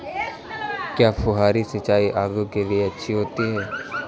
क्या फुहारी सिंचाई आलू के लिए अच्छी होती है?